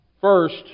First